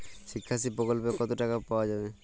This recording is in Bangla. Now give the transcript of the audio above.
শিক্ষাশ্রী প্রকল্পে কতো টাকা পাওয়া যাবে?